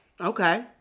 Okay